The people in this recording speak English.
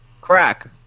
Crack